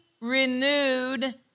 renewed